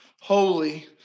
holy